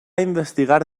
investigar